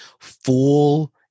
full